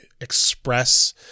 express